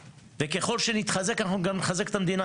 וככל שנתחזק, אנחנו גם נחזק את המדינה.